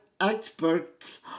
experts